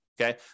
Okay